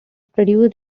produced